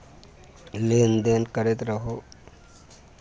लेनदेन करैत रहू